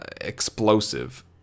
explosive